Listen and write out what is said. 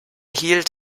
hielt